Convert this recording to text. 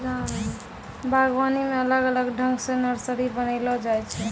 बागवानी मे अलग अलग ठंग से नर्सरी बनाइलो जाय छै